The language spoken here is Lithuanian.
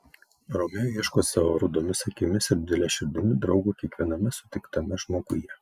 romeo ieško savo rudomis akimis ir didele širdimi draugo kiekviename sutiktame žmoguje